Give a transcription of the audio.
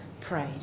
prayed